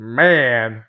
man